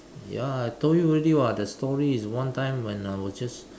ya I told you already [what] the story is one time when I was just